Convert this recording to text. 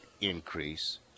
increase